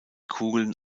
kugeln